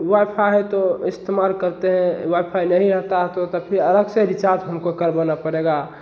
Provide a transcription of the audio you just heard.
wi fi तो इस्तेमाल करते हैं वाई फाई नहीं आता है तो तब भी अलग से रिचार्ज हमको करवाना पड़ेगा